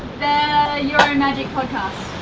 your own magic podcast,